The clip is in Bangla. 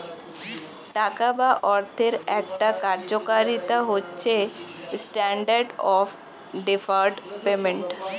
টাকা বা অর্থের একটা কার্যকারিতা হচ্ছে স্ট্যান্ডার্ড অফ ডেফার্ড পেমেন্ট